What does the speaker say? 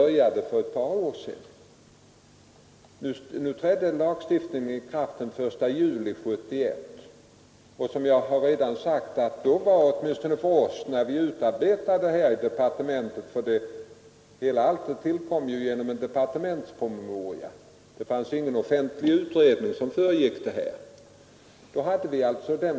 Den 1 juli 1971 trädde lagstiftning i kraft, och verksamheten i Västernorrland var, som jag redan förut sagt, en förebild för oss i departementet när vi förberedde lagstiftningen — denna tillkom ju genom en departementspromemoria utan att ha föregåtts av någon offentlig utredning.